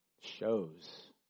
shows